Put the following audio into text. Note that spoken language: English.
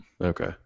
Okay